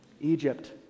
Egypt